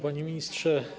Panie Ministrze!